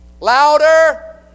Louder